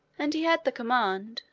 and he had the command,